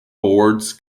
boards